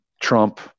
Trump